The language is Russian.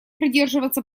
придерживаться